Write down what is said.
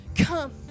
come